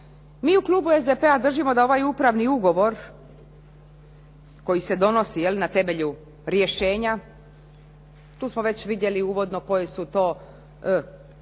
Mi u klubu SDP-a držimo da ovaj upravni ugovor koji se donosi na temelju rješenja, tu smo već vidjeli uvodno koji su to,